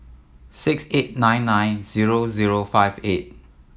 six eight nine nine zero zero five eight